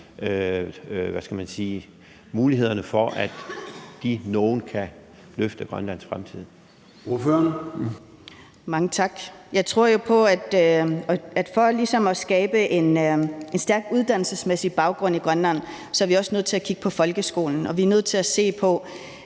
Ordføreren. Kl. 23:20 Aaja Chemnitz (IA): Mange tak. Jeg tror jo på, at for ligesom at skabe en stærk uddannelsesmæssig baggrund i Grønland er vi også nødt til at kigge på folkeskolen, og vi er nødt til at se på,